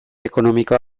ekonomikoa